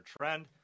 trend